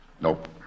Nope